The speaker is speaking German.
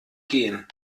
gehen